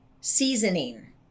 seasoning